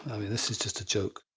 this is just a joke.